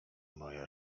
moja